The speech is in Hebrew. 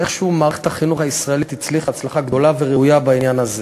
איכשהו מערכת החינוך הישראלית הצליחה הצלחה גדולה וראויה בעניין הזה.